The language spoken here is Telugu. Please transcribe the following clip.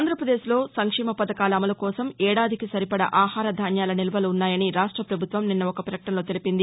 ఆంధ్రాపదేశ్లో సంక్షేమ పథకాల అమలు కోసం ఏడాదికి సరిపడా ఆహార ధాన్యాల నిల్వలు ఉన్నాయని రాష్ట ప్రభుత్వం నిన్న ఒక ప్రకటనలో తెలిపింది